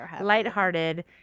lighthearted